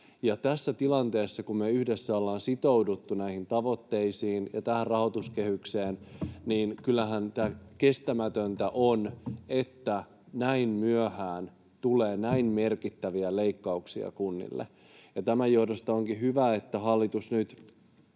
tässä tilanteessa, kun me yhdessä ollaan sitouduttu näihin tavoitteisiin ja tähän rahoituskehykseen, niin kyllähän tämä on kestämätöntä, että näin myöhään tulee näin merkittäviä leikkauksia kunnille. Tämän johdosta onkin hyvä, että hallitus nyt